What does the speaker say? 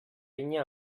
vinya